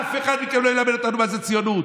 אף אחד מכם לא ילמד אותנו מה זו ציונות,